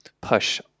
push